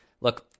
look